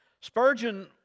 Spurgeon